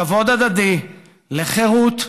לכבוד הדדי, לחירות,